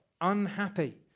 unhappy